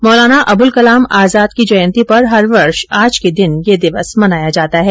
मौलाना अबुल कलाम आजाद की जयंती पर हर वर्ष आज के दिन यह दिवस मनाया जाता है